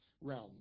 realm